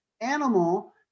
animal